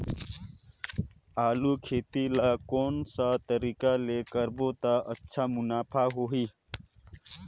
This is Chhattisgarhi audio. आलू खेती ला कोन सा तरीका ले करबो त अच्छा मुनाफा होही?